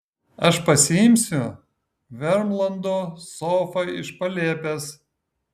aš pasiimsiu vermlando sofą iš palėpės